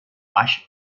baix